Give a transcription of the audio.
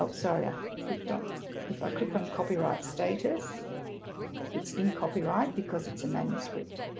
ah sorry i clicked on if i click on copyright status it's in copyright because it's a manuscript